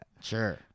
Sure